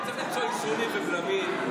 צריך למצוא איזונים ובלמים,